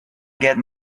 get